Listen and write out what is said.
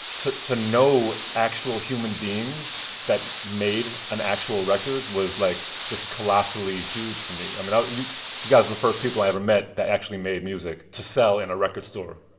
to to know actual human beings that made an actual record was like just colossally huge for me. i mean, you you guys are the first people i ever met that actually made music to sell in a record store.